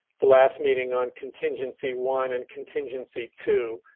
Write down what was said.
the last meeting on contingency one and contingency two.